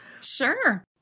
Sure